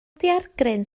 daeargryn